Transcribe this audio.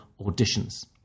auditions